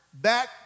back